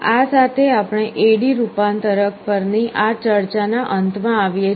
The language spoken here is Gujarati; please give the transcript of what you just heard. આ સાથે આપણે AD રૂપાંતરક પરની આ ચર્ચાના અંતમાં આવીએ છીએ